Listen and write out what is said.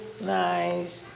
nice